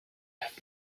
have